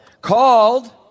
Called